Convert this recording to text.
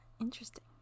interesting